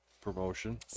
promotion